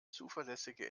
zuverlässige